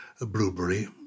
blueberry